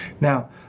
Now